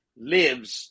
lives